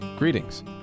Greetings